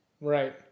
Right